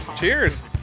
Cheers